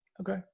Okay